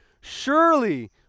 Surely